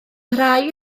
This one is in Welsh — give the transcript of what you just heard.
parhau